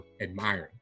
admiring